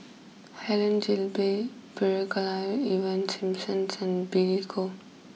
Helen Gilbey Brigadier Ivan Simson's and Billy Koh